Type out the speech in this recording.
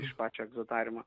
iš pačio egzotariumo